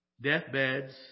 Deathbeds